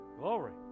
Glory